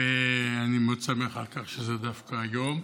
ואני מאוד שמח שזה דווקא היום.